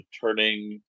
Turning